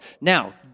Now